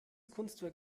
kunstwerk